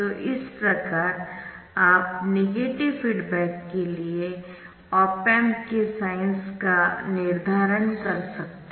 तो इस प्रकार आप नेगेटिव फीडबैक के लिए ऑप एम्प के साइन्स का निर्धारण करते है